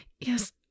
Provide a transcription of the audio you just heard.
yes